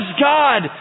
God